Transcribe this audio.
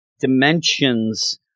dimensions